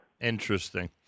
Interesting